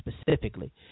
specifically